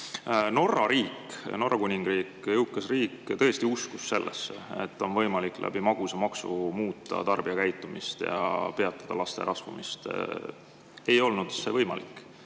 ta läheb. Norra Kuningriik, jõukas riik, tõesti uskus sellesse, et on võimalik magusamaksuga muuta tarbijakäitumist ja peatada laste rasvumist. Ei olnud võimalik.